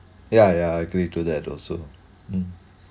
yeah yeah I agree to that also mm